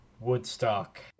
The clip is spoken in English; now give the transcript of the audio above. Woodstock